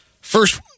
First